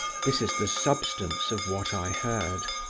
this is the substance of what i heard